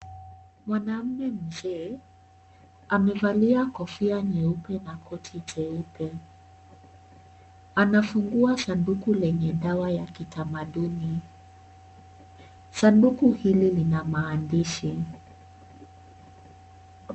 Mwanamme mzee amevalia kofia nyeupe na koti jeupe. Anafungua sanduku lenye dawa ya kitamaduni. Sanduku hili lina maandishi.